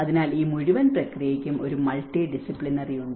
അതിനാൽ ഈ മുഴുവൻ പ്രക്രിയയ്ക്കും ഒരു മൾട്ടി ഡിസിപ്ലിനറി ഉണ്ട്